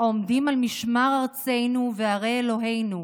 העומדים על משמר ארצנו וערי אלוהינו,